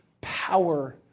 power